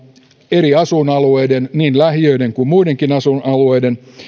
eri asuinalueiden niin lähiöiden kuin muidenkin asuinalueiden